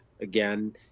Again